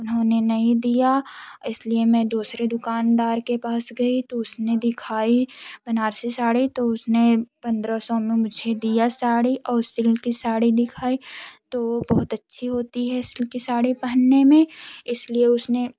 तो उन्होंने नहीं दिया इसलिए मैं दूसरी दुकानदार के पास गई तो उसने दिखाई बनारसी साड़ी तो उसने पंद्रह सौ में मुझे दिया साड़ी और सिल्की साड़ी दिखाई तो बहुत अच्छी होती है सिल्की साड़ी पहनने में इसलिए उसने